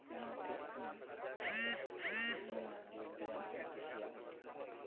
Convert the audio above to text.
ᱚᱱᱟᱛᱮ ᱤᱧ ᱱᱚᱣᱟ ᱡᱳᱜᱽ ᱵᱮᱭᱟᱢ ᱦᱚᱸᱧ ᱠᱩᱥᱤᱭᱟᱜᱭᱟ ᱜᱮᱭᱟ